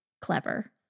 clever